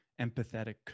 empathetic